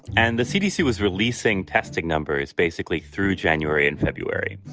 and the cdc was releasing testing numbers basically through january and february,